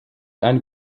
ein